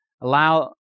allow